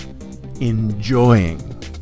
enjoying